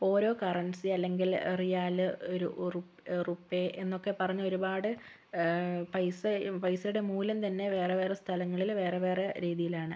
ഓരോ കറൻസി അല്ലെങ്കിൽ റിയാൽ റു റുപ്പേ എന്ന് ഒക്കെ പറഞ്ഞ് ഒരുപാട് പൈസ പൈസയുടെ മൂല്യം തന്നെ വേറെ വേറെ സ്ഥലങ്ങളിൽ വേറെ വേറെ രീതിയിലാണ്